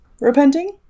repenting